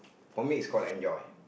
for me it's call enjoy